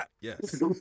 Yes